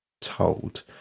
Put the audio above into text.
told